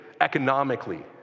economically